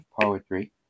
poetry